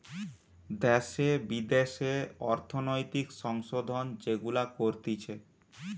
দ্যাশে বিদ্যাশে অর্থনৈতিক সংশোধন যেগুলা করতিছে